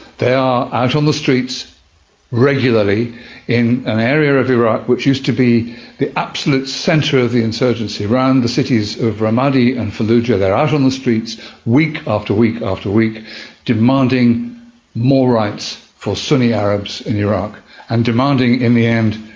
they are out on the streets regularly in an area of iraq which used to be the absolute centre of the insurgency, around the cities of ramadi and fallujah they are out on streets week after week after week demanding more rights for sunni arabs in iraq and demanding, in the end,